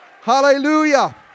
Hallelujah